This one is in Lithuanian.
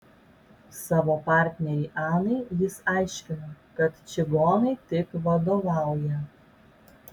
savo partnerei anai jis aiškino kad čigonai tik vadovauja